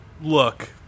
look